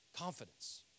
confidence